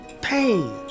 pain